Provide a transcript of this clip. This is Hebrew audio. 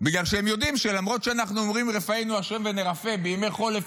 בגלל שהם יודעים שלמרות שאנחנו אומרים "רפאנו ה' ונרפא" בימי חול,